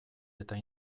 eta